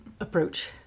Approach